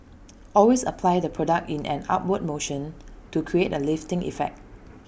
always apply the product in an upward motion to create A lifting effect